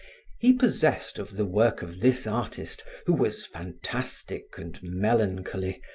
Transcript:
he possessed of the work of this artist, who was fantastic and melancholy,